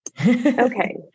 Okay